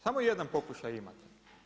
Samo jedan pokušaj imate.